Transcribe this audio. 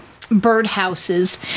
birdhouses